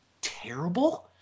terrible